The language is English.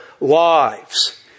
lives